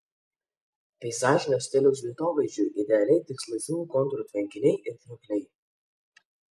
peizažinio stiliaus vietovaizdžiui idealiai tiks laisvų kontūrų tvenkiniai ir kriokliai